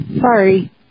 Sorry